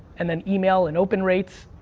and then email and open rates.